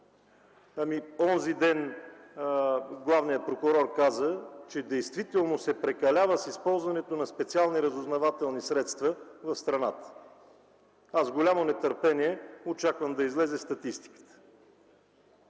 Онзи ден главният прокурор каза, че действително се прекалява с използването на специални разузнавателни средства в страната. Аз с голямо нетърпение очаквам да излезе статистиката.